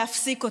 להפסיק אותו.